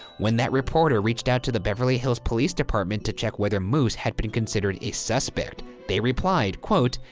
when that reporter reached out to the beverly hills police department to check whether moose had been considered a suspect, they replied, quote,